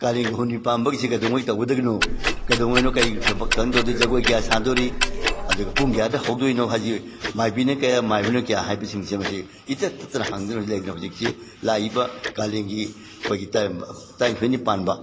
ꯀꯥꯂꯦꯟꯒꯤ ꯍꯨꯝꯅꯤ ꯄꯥꯟꯕꯒꯤꯁꯤ ꯀꯩꯗꯧꯉꯩ ꯇꯧꯒꯗꯣꯏꯅꯣ ꯀꯩꯗꯧꯉꯩꯅꯣ ꯀꯔꯤ ꯖꯒꯣꯏ ꯀꯌꯥ ꯁꯥꯗꯣꯔꯤ ꯑꯗꯨꯒ ꯄꯨꯡ ꯀꯌꯥꯗ ꯍꯧꯗꯣꯏꯅꯣ ꯍꯥꯏꯁꯤ ꯃꯥꯏꯕꯤꯅ ꯀꯌꯥ ꯃꯥꯏꯕꯅ ꯀꯌꯥ ꯍꯥꯏꯕꯁꯤꯡꯁꯦ ꯃꯁꯤ ꯏꯇꯠ ꯇꯠꯇꯅ ꯍꯪꯗꯨꯅ ꯂꯩꯗꯅ ꯍꯧꯖꯤꯛꯁꯤ ꯂꯥꯛꯏꯕ ꯀꯥꯂꯦꯟꯒꯤ ꯑꯩꯈꯣꯏꯒꯤ ꯇꯔꯥꯅꯤꯊꯣꯏꯅꯤ ꯄꯥꯟꯕ